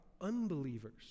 unbelievers